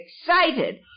excited